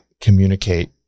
communicate